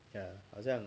ah 好像